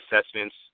assessments